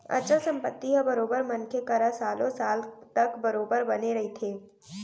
अचल संपत्ति ह बरोबर मनखे करा सालो साल तक बरोबर बने रहिथे